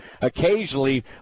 occasionally